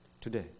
today